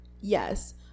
Yes